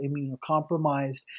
immunocompromised